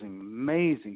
amazing